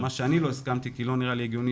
מה שאני לא הסכמתי כי לא נראה לי הגיוני